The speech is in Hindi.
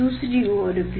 दूसरे ओर भी